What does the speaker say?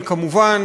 אבל כמובן,